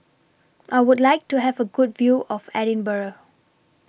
I Would like to Have A Good View of Edinburgh